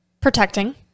Protecting